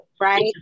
right